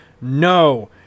No